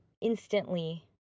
instantly